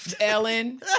Ellen